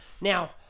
Now